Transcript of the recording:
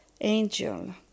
angel